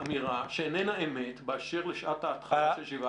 אמירה שאינה אמת באשר לשעת התחלת הישיבה